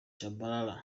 tchabalala